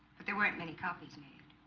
but they weren't many copies made